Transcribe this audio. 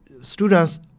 Students